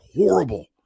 horrible